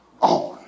on